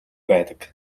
байдаг